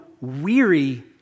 weary